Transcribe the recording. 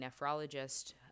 nephrologist